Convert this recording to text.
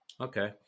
Okay